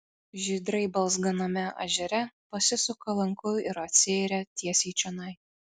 žydrai balzganame ežere pasisuka lanku ir atsiiria tiesiai čionai